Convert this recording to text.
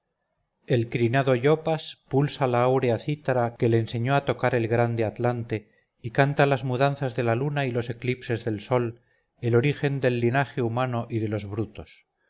el crinado iopas pulsa la áurea cítara que le enseñó a tocar el grande atlante y canta las mudanzas de la luna y los eclipses del sol el origen del linaje humano y de los brutos